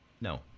No